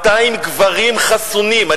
200 גברים חסונים,